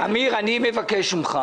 אמיר, אני מבקש ממך